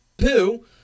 poo